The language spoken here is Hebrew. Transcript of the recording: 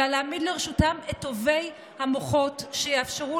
אלא להעמיד לרשותם את טובי המוחות שיאפשרו